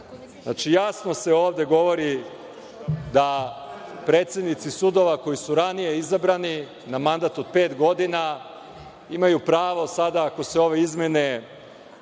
jasno se ovde govori da predsednici sudova koji su ranije izabrani na mandat od pet godina, imaju pravo sada, ako se ove izmene